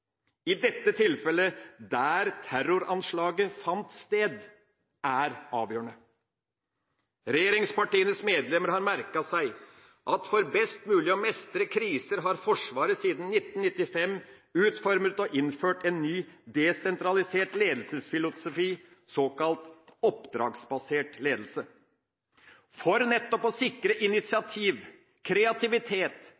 i dette tilfellet der terroranslaget fant sted, er avgjørende. Regjeringspartienes medlemmer har merket seg at for best mulig å mestre kriser har Forsvaret siden 1995 utformet og innført en ny desentralisert ledelsesfilosofi, såkalt oppdragsbasert ledelse, for nettopp å sikre